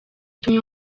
itumye